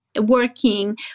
working